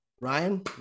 Ryan